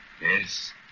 Yes